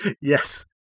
Yes